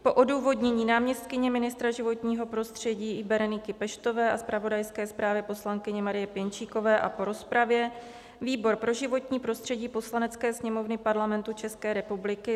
Po odůvodnění náměstkyně ministra životního prostředí Bereniky Peštové a zpravodajské zprávě poslankyně Marie Pěnčíkové a po rozpravě výbor pro životní prostředí Poslanecké sněmovny Parlamentu České republiky